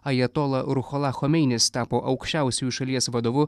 ajatola ruhola chomeinis tapo aukščiausiųjų šalies vadovu